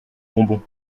bonbons